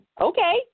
okay